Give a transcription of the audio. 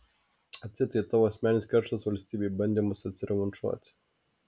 atseit tai tavo asmeninis kerštas valstybei bandymas atsirevanšuoti